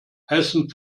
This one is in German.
heißen